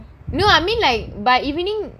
I mean like by evening you all will